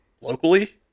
locally